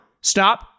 Stop